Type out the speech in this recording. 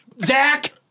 Zach